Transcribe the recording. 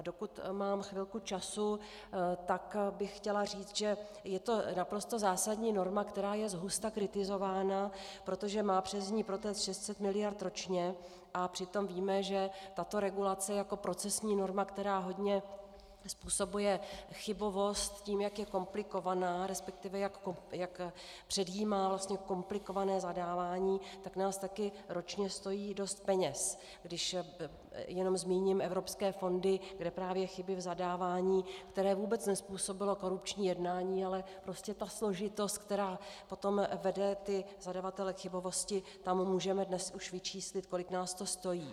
Dokud mám chvilku času, tak bych chtěla říci, že je to naprosto zásadní norma, která je zhusta kritizována, protože má přes ni protéct 600 miliard ročně, a přitom víme, že tato regulace jako procesní norma, která hodně způsobuje chybovost tím, jak je komplikovaná, resp. jak předjímá komplikované zadávání, tak nás také ročně stojí dost peněz, když jen zmíním evropské fondy, kde právě chyby v zadávání, které vůbec nezpůsobilo korupční jednání, ale prostě složitost, která potom vede zadavatele k chybovosti, tam už dnes můžeme vyčíslit, kolik nás to stojí.